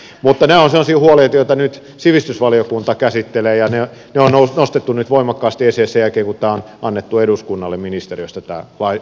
mutta nämä ovat sellaisia huolia joita nyt sivistysvaliokunta käsittelee ja ne on nostettu nyt voimakkaasti esille sen jälkeen kun tämä lakiesitys on annettu ministeriöstä eduskunnalle